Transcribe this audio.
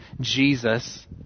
Jesus